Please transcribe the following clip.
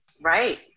Right